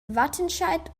wattenscheid